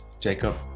jacob